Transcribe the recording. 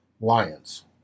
Lions